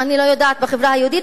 אני לא יודעת בחברה היהודית.